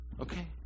Okay